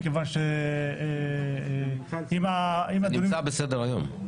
מכיוון --- זה נמצא בסדר-היום.